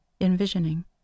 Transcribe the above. envisioning